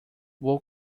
vou